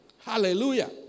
Hallelujah